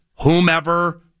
whomever